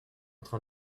train